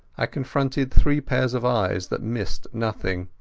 i confronted three pairs of eyes that missed nothing.